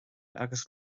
agus